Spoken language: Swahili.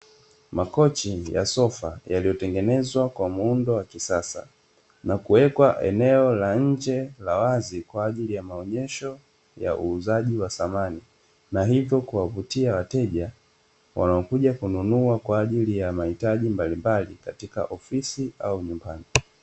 Makochi ya sofa yaliyotengenezwa kwa muundo wa kisasa, na kuwekwa eneo la nje la wazi kwa ajili ya maonesho ya uuzaji wa samani, na hivyo kuwavutia wateja wanakuja kununua kwa ajili ya mahitaji mbalimbali katika ofisi au nyumbani.